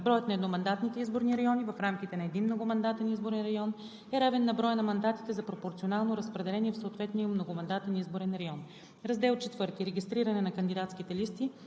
Броят на едномандатните изборни райони в рамките на един многомандатен изборен район е равен на броя на мандатите за пропорционално разпределение в съответния многомандатен изборен район. Раздел IV. Регистриране на кандидатските листи